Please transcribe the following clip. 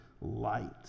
light